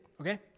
okay